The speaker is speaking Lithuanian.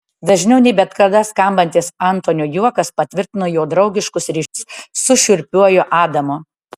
dažniau nei bet kada skambantis antonio juokas patvirtina jo draugiškus ryšius su šiurpiuoju adamu